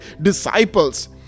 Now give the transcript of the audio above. disciples